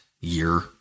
year